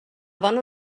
bona